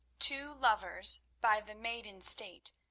two lovers by the maiden sate,